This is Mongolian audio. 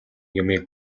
юмыг